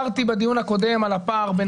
בדיון הקודם אני דיברתי על הפער בין